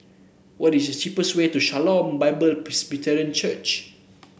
what is the cheapest way to Shalom Bible Presbyterian Church